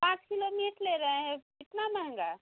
पाँच kilo meat ले रहे हैं इतना महँगा